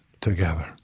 together